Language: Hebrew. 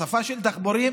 בשפה של דחפורים,